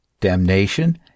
damnation